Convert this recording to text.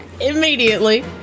Immediately